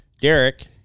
Derek